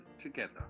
together